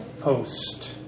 post